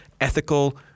ethical